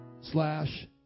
slash